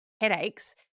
headaches